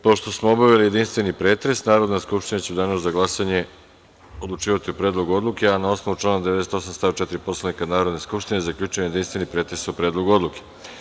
Pošto smo obavili jedinstveni pretres, Narodna skupština će u danu za glasanje odlučivati o Predlogu odluke, a na osnovu člana 98. stav 4. Poslovnika Narodne skupštine, zaključujem jedinstveni pretres o Predlogu odluke.